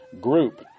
group